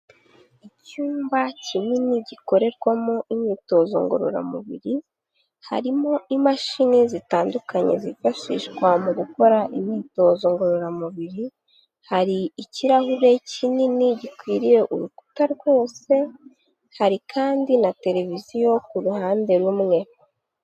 Icyumba kinini gikorerwamo imyitozo ngororamubiri, harimo imashini zitandukanye zifashishwa mu gukora imyitozo ngororamubiri, hari ikirahure kinini gikwiriye urukuta rwose, hari kandi na televiziyo ku ruhande rumwe.